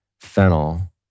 fennel